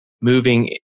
moving